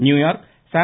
New York San